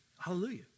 hallelujah